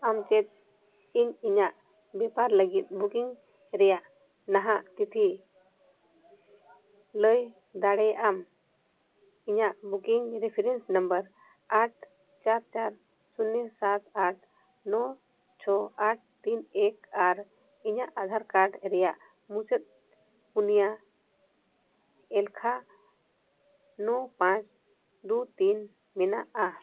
ᱟᱢ ᱪᱮᱫ ᱤᱧ ᱤᱧᱟᱹᱜ ᱵᱮᱯᱟᱨ ᱞᱟᱹᱜᱤᱫ ᱵᱩᱠᱤᱝ ᱨᱮᱭᱟᱜ ᱱᱟᱦᱟᱜ ᱛᱤᱛᱷᱤ ᱞᱟᱹᱭ ᱫᱟᱲᱮᱭᱟᱜ ᱟᱢ ᱤᱧᱟᱹᱜ ᱵᱩᱠᱤᱝ ᱨᱮᱯᱷᱟᱨᱮᱱᱥ ᱱᱟᱢᱵᱟᱨ ᱟᱴ ᱪᱟᱨ ᱪᱟᱨ ᱥᱩᱱᱱᱚ ᱥᱟᱛ ᱟᱴ ᱱᱚ ᱪᱷᱚ ᱟᱴ ᱛᱤᱱ ᱮᱠ ᱟᱨ ᱤᱧᱟᱹᱜ ᱟᱫᱷᱟᱨ ᱠᱟᱨᱰ ᱨᱮᱭᱟᱜ ᱢᱩᱪᱟᱹᱫ ᱯᱩᱱᱤᱭᱟ ᱮᱞᱠᱷᱟ ᱱᱚ ᱯᱟᱸᱪ ᱫᱩ ᱛᱤᱱ ᱢᱮᱱᱟᱜᱼᱟ